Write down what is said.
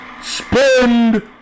Spend